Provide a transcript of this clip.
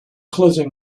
closing